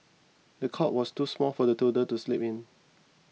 the cot was too small for the toddler to sleep in